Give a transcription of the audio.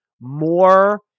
more